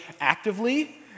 actively